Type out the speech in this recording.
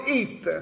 eat